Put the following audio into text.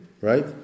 right